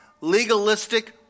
Legalistic